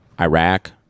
Iraq